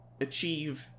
achieve